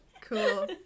Cool